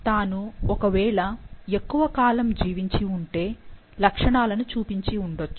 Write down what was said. తాను ఒకవేళ ఎక్కువ కాలము జీవించి ఉంటే లక్షణాలను చూపించి ఉండొచ్చు